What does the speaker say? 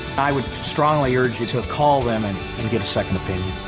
i would strongly urge you to call them and and get a second opinion.